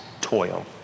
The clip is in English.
toil